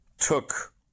took